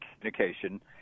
communication